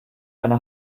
eine